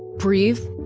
breathe.